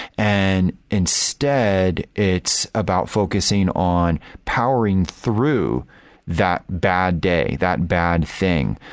and instead, it's about focusing on powering through that bad day, that bad thing.